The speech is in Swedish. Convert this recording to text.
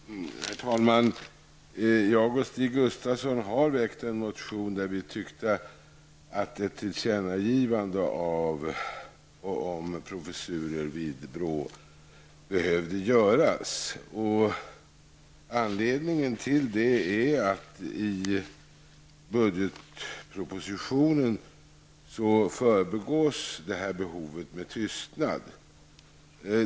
Herr talman! Jag och Stig Gustafsson har väckt en motion i vilken vi ansåg att ett tillkännagivande om professurer vid BRÅ behövde göras. Anledningen är att detta behov förbigås med tystnad i budgetpropositionen.